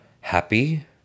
happy